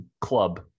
Club